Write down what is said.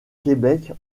québec